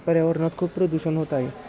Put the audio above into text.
पर्यावरणात खूप प्रदूषण होत आहे